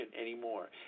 anymore